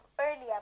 earlier